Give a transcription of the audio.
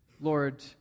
Lord